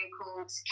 called